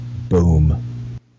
boom